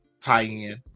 tie-in